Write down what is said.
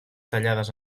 tallades